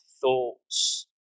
thoughts